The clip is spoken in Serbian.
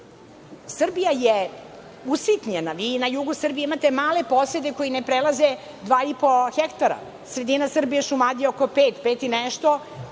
Srbija je usitnjena. Vi na jugu Srbije imate male posede koji ne prelaze dva i po hektara, sredina Srbije, Šumadija oko pet, pet i nešto,